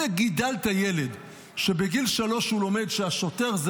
אם גידלת ילד שבגיל שלוש הוא לומד שהשוטר זה